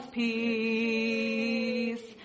peace